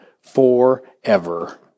forever